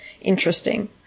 interesting